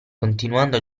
continuando